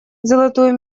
золотую